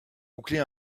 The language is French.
boucler